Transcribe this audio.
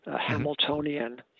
Hamiltonian